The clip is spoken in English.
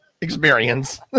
experience